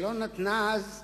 שלא נתנה אז לליכוד,